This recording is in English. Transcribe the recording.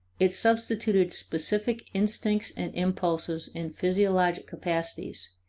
it substituted specific instincts and impulses and physiological capacities,